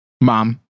Mom